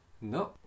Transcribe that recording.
No